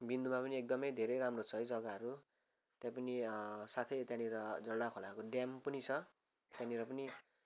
बिन्दुमा पनि एकदम धेरै राम्रो छ है जग्गाहरू त्यहाँ पनि साथै त्यहाँनिर झर्ना खोलाको ड्याम पनि छ त्यहाँनिर पनि